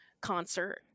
concert